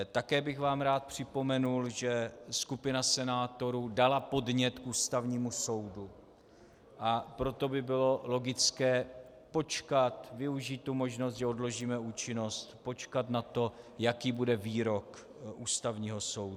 Také bych vám rád připomenul, že skupina senátorů dala podnět k Ústavnímu soudu, a proto by bylo logické počkat, využít možnost, že odložíme účinnost, na to, jaký bude výrok Ústavního soudu.